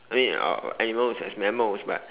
I mean uh animals as mammals but